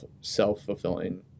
self-fulfilling